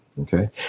Okay